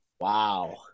Wow